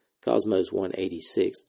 Cosmos-186